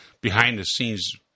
behind-the-scenes